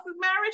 marriage